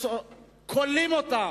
כולאים אותם,